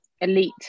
elite